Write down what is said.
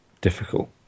difficult